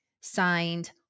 Signed